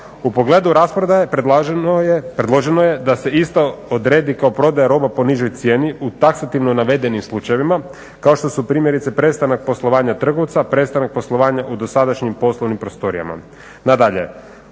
U pogledu rasprodaje predloženo je da se isto odredi tko prodaje robu po nižoj cijeni u … navedenim slučajevima, kao što su primjerice prestanak poslovanja trgovca, prestanak poslovanja u dosadašnjim poslovnim prostorijama. Nadalje,